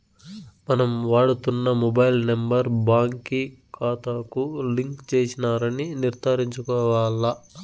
మనం వాడుతున్న mobile number బాంకీ కాతాకు లింక్ చేసినారని నిర్ధారించుకోవాల్ల